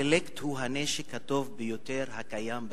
שהאינטלקט הוא הנשק הטוב ביותר הקיים בהיסטוריה.